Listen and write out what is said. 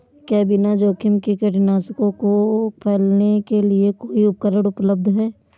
क्या बिना जोखिम के कीटनाशकों को फैलाने के लिए कोई उपकरण उपलब्ध है?